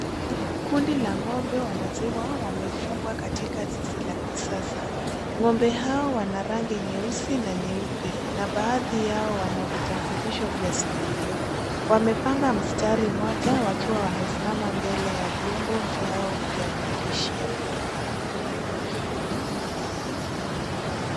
Kundi la ng'ombe wa maziwa wamefungwa katika zizi la kisasa. Ng'ombe hao wana rangi nyeusi na nyeupe, na baadhi yao wana vitambulisho vya sikio. Wamepanga mstari moja, wakiwa wamesimama mbele ya vyombo vyao vya kulishia.